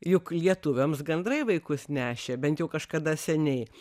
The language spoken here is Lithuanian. juk lietuviams gandrai vaikus nešė bent jau kažkada seniai